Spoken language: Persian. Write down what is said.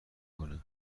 کنه